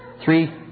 Three